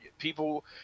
People